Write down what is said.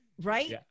right